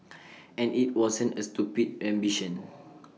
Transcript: and IT wasn't A stupid ambition